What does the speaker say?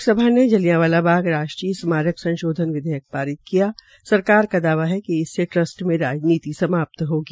लोकसभा ने जलियांवाला बाग राष्ट्रीय स्मारक संशोध्न विधेयक पारित किया सरकार का दावा है कि इसमें ट्रस्ट में राजनीति समाप्त होगी